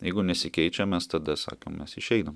jeigu nesikeičia mes tada sakėm mes išeinam